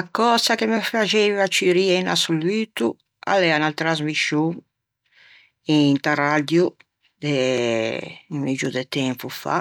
A cösa ch'a me faxeiva ciù rio in assoluto a l'ea unna trasmiscion inta raddio eh un muggio de tempo fa